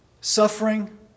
Suffering